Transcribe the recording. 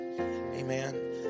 Amen